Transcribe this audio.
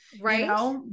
Right